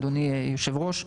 אדוני היושב-ראש,